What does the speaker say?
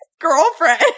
girlfriend